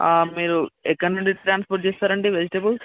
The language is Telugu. మీరు ఎక్కడ నుంచి ట్రాన్స్పోర్ట్ చేస్తారు అండి వెజిటేబుల్స్